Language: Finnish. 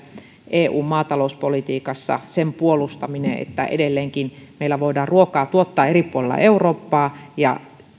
eun maatalouspolitiikassa sitä puolustamaan että edelleenkin meillä voidaan ruokaa tuottaa eri puolilla eurooppaa ja